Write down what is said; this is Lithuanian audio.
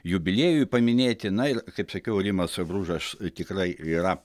jubiliejui paminėti na ir kaip sakiau rimas bružas tikrai yra